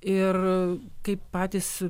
ir kaip patys